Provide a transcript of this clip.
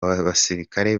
basirikare